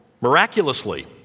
miraculously